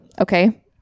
okay